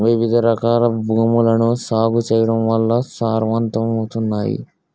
వివిధరకాల భూములను సాగు చేయడం వల్ల సారవంతమవుతాయి